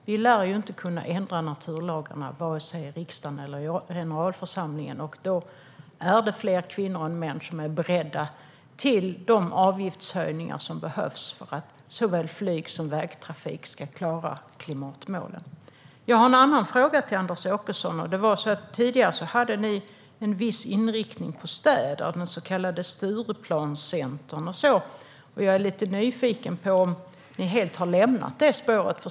Vi lär ju inte kunna ändra naturlagarna, vare sig riksdagen eller generalförsamlingen, och då är det fler kvinnor än män som är beredda till de avgiftshöjningar som behövs för att såväl flyg som vägtrafik ska klara klimatmålen. Jag har en annan fråga till Anders Åkesson. Tidigare hade ni en viss inriktning på städer, den så kallade Stureplanscentern. Jag är lite nyfiken på om ni helt har lämnat det spåret.